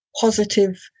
positive